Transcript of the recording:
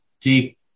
deep